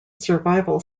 survival